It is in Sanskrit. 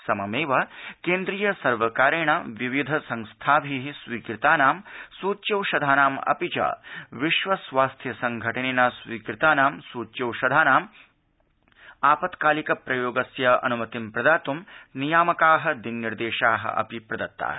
सममेव केन्द्रीयसर्वकारेण विविध संस्थाभि स्वीकृतानां सूच्यौषधानां अपि च विश्वस्वास्थ्य संघटनेन स्वीकृतानां सूच्यौषधानां आपत्कालिक प्रयोगान्मतिं प्रदात् नियामका दिशानिर्देशा अपि प्रदत्ता